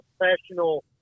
professional